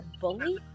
bully